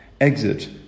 Exit